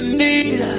need